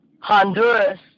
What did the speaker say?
Honduras